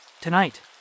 tonight